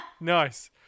Nice